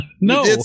No